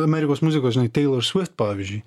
amerikos muzikos žinai teilor svift pavyzdžiui